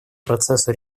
процессу